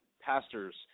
pastors